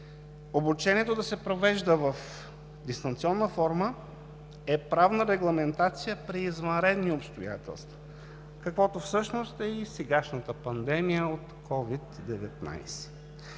обучението да се провежда в дистанционна форма е правна регламентация при извънредни обстоятелства, каквато всъщност е и сегашната пандемия от COVID-19.